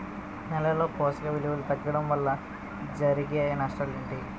నేలలో పోషక విలువలు తగ్గడం వల్ల జరిగే నష్టాలేంటి?